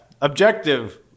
Objective